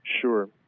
Sure